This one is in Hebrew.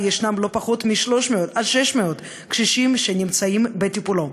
יש 300 600 קשישים שנמצאים בטיפולו,